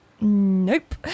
Nope